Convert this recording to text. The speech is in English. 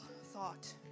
thought